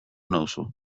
nauzu